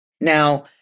Now